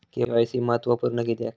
KYC महत्त्वपुर्ण किद्याक?